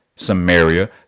Samaria